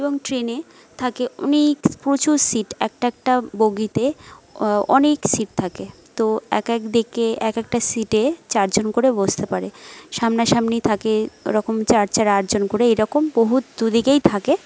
এবং ট্রেনে থাকে অনেক প্রচুর সিট একটা একটা বগিতে অনেক সিট থাকে তো এক একদিকে এক একটা সিটে চারজন করে বসতে পারে সামনাসামনি থাকে ওরকম চার চার আটজন করে এরকম বহু দু দিকেই থাকে